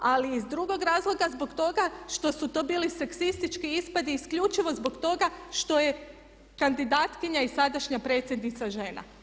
Ali iz drugog razloga zbog toga što su to bili seksistički ispadi isključivo zbog toga što je kandidatkinja i sadašnja predsjednica žena.